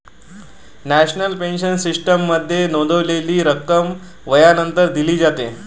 national pension सिस्टीममध्ये नोंदवलेली रक्कम वयानंतर दिली जाते